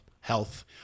health